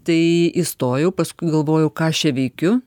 tai įstojau paskui galvojau ką aš čia veikiu